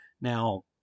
Now